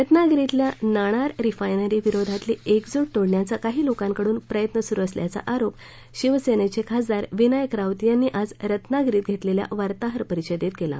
रत्नागिरीतल्या नाणार रिफायनरी विरोधातली एकजूट तोडण्याचा काही लोकांकडून प्रयत्न सुरु असल्याचा आरोप शिवसेनेचे खासदार विनायक राऊत यांनी आज रत्नागिरीत घेतलेल्या वार्ताहर परिषदेत केला